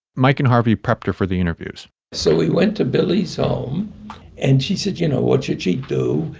mike and harvey propter for the interviews so we went to billy's home and she said, you know, what should she do?